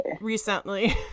recently